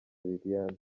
liliane